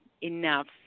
enough